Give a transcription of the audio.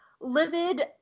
livid